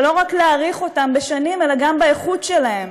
ולא רק להאריך אותם בשנים אלא גם באיכות שלהם.